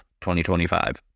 2025